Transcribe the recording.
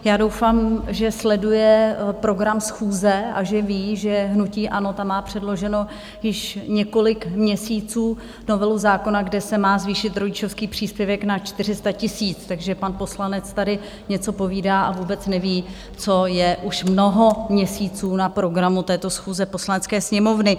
Já doufám, že sleduje program schůze a že ví, že hnutí ANO tam má předloženo již několik měsíců novelu zákona, kde se má zvýšit rodičovský příspěvek na 400 tisíc, takže pan poslanec tady něco povídá a vůbec neví, co je už mnoho měsíců na programu této schůze Poslanecké sněmovny.